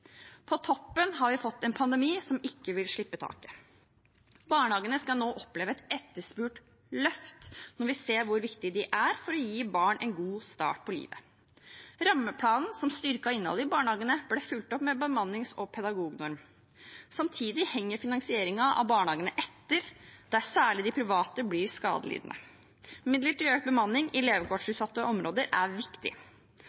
På toppen har vi fått en pandemi som ikke vil slippe taket. Barnehagene skal nå oppleve et etterspurt løft, når vi ser hvor viktige de er for å gi barn en god start på livet. Rammeplanen som styrket innholdet i barnehagene, ble fulgt opp med bemannings- og pedagognorm. Samtidig henger finansieringen av barnehagene etter, der særlig de private blir skadelidende. Midler til økt bemanning i